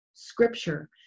scripture